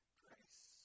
grace